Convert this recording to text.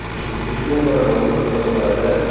ବିଷ୍ଣୁଙ୍କର ନାମ କୀର୍ତ୍ତନ କରାଯାଏ